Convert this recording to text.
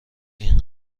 این